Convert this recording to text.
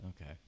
Okay